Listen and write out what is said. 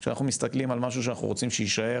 אם אנחנו מסתכלים על משהו שאנחנו רוצים שיישאר